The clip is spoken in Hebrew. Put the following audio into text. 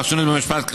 'פרשנות במשפט',